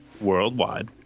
Worldwide